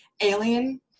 alien